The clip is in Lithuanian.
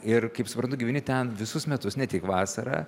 ir kaip suprantu gyveni ten visus metus ne tik vasarą